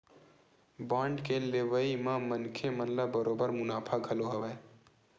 bond के लेवई म मनखे मन ल बरोबर मुनाफा घलो हवय